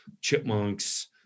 chipmunks